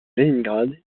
léningrad